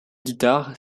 guitare